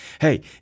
Hey